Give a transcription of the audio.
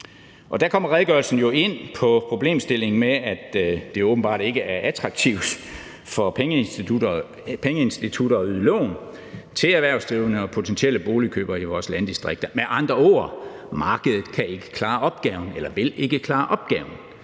der kommer redegørelsen jo ind på problemstillingen med, at det åbenbart ikke er attraktivt for pengeinstitutter at yde lån til erhvervsdrivende og potentielle boligkøbere i vores landdistrikter. Med andre ord, markedet kan ikke klare opgaven eller vil ikke klare opgaven